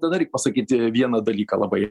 tada reik pasakyti vieną dalyką labai